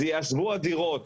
אז ייעזבו הדירות